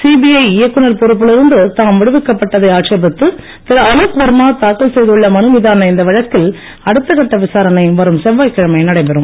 CBI இயக்குனர் பொறுப்பில் இருந்து தாம் விடுவிக்கப்பட்டதை ஆட்சேபித்து திருஅலோக் வர்மா தாக்கல் செய்துள்ள மனு மீதான இந்த வழக்கில் அடுத்த கட்ட விசாரணை வரும் செவ்வாய் கிழமை நடைபெறும்